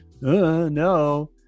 no